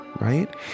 Right